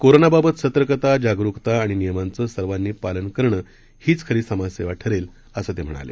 कोरोनाबाबत सतर्कता जागरुकता आणि नियमांचं सर्वांनी पालन करणं हीच खरी समाजसेवा ठरेल असं ते म्हणाले